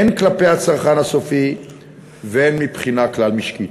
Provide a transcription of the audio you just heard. הן כלפי הצרכן הסופי והן מבחינה כלל-משקית.